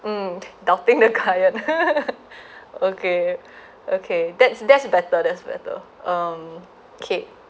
mm doubting the client okay okay that's that's better that's better um okay